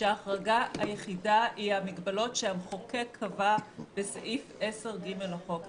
כשההחרגה היחידה היא המגבלות שהמחוקק קבע בסעיף 10(ג) לחוק.